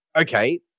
okay